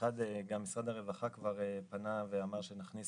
גם משרד הרווחה כבר פנה ואמר שנכניס